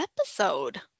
episode